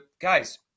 guys